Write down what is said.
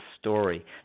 story